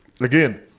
again